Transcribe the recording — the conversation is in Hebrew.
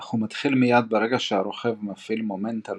אך הוא מתחיל מייד ברגע שהרוכב מפעיל מומנט על